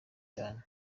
cyane